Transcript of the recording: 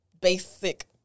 basic